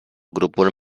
grupul